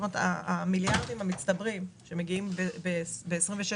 המיליארדים המצטברים שמגיעים ב-2026